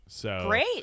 Great